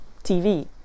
TV